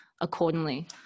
accordingly